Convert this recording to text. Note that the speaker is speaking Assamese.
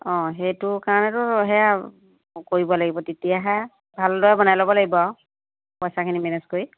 অঁ সেইটো কাৰণেতো সেয়া কৰিব লাগিব তেতিয়াহে ভালদৰে বনাই ল'ব লাগিব আউ পইচাখিনি মেনেজ কৰি